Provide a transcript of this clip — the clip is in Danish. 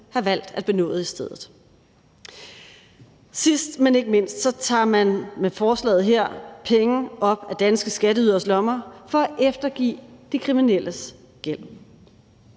have valgt at benåde i stedet. Sidst, men ikke mindst, tager man med forslaget her penge op af danske skatteyderes lommer for at eftergive de kriminelles gæld.